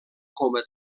coma